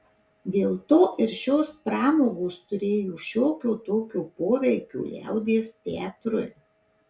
dėl to ir šios pramogos turėjo šiokio tokio poveikio liaudies teatrui